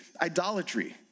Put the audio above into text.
idolatry